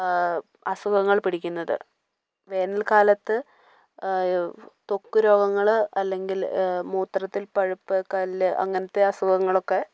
അസുഖങ്ങൾ പിടിക്കുന്നത് വേനൽക്കാലത്ത് ത്വക്ക് രോഗങ്ങൾ അല്ലെങ്കിൽ മൂത്രത്തിൽ പഴുപ്പ് കല്ല് അങ്ങനത്തെ അസുഖങ്ങളൊക്കെ